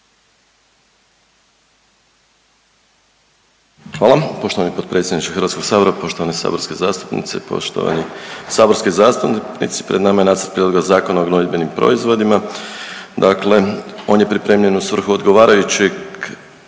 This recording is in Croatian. Hvala poštovani potpredsjedniče HS-a. Poštovane saborske zastupnice, poštovani saborski zastupnici. Pred nama je nacrt Prijedloga Zakona o gnojidbenim proizvodima. Dakle on je pripremljen u svrhu odgovarajućeg